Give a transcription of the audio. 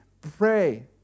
pray